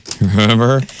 Remember